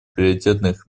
приоритетных